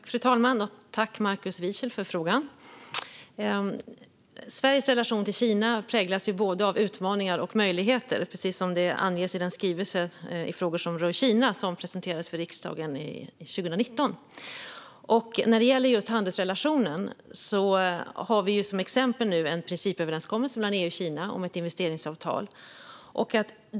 Fru talman! Jag tackar Markus Wiechel för frågan. Sveriges relation till Kina präglas av både utmaningar och möjligheter, precis som anges i den skrivelse om frågor som rör Kina som presenterades för riksdagen 2019. När det gäller just handelsrelationen har vi som exempel en principöverenskommelse mellan EU och Kina om ett investeringsavtal.